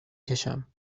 کشم